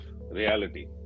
reality